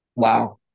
Wow